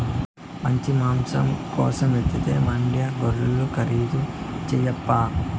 మంచి మాంసం కోసమైతే మాండ్యా గొర్రెలు ఖరీదు చేయప్పా